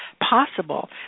possible